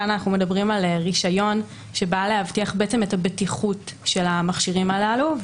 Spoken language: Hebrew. כאן אנחנו מדברים על רישיון שבא להבטיח את הבטיחות של המכשירים הללו.